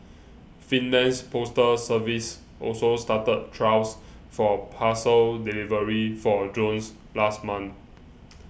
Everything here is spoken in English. Finland's postal service also started trials for parcel delivery for drones last month